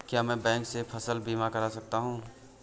क्या मैं बैंक से फसल बीमा करा सकता हूँ?